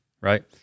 Right